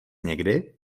někdy